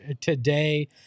today